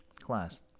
class